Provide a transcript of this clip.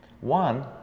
one